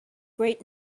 great